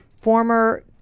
former